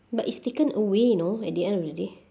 but it's taken away you know at the end of the day